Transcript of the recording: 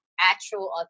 actual